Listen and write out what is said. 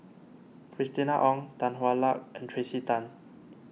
Christina Ong Tan Hwa Luck and Tracey Tan